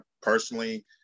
personally